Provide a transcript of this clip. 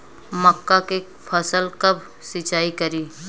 मका के फ़सल कब सिंचाई करी?